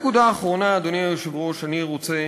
נקודה אחרונה, אדוני היושב-ראש, שאני רוצה